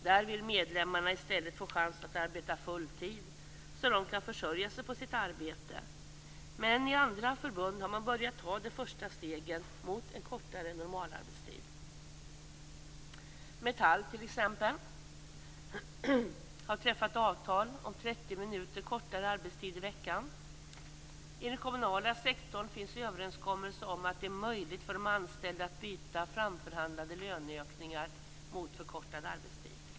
Där vill medlemmarna i stället få chans att arbeta full tid så att de kan försörja sig på sitt arbete. Men i andra förbund har man börjat ta de första stegen mot en kortare normalarbetstid. T.ex. Metall har träffat avtal om 30 minuter kortare arbetstid i veckan. I den kommunala sektorn finns överenskommelser om att det är möjligt för de anställda att byta framförhandlade löneökningar mot förkortad arbetstid.